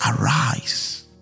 arise